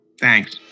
Thanks